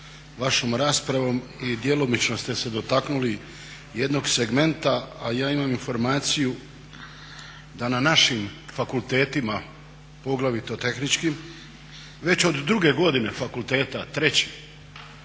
vašom raspravom i djelomično ste se dotaknuli jednog segmenta, a ja imam informaciju da na našim fakultetima, poglavito tehničkim već od druge godine fakulteta, treće,